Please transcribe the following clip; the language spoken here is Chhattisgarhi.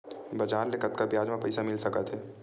बजार ले कतका ब्याज म पईसा मिल सकत हे?